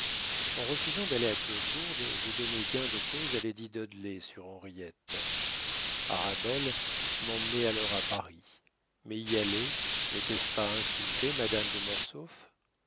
en refusant d'aller à clochegourde je donnais gain de cause à lady dudley sur henriette arabelle m'emmenait alors à paris mais y aller n'était-ce pas insulter madame de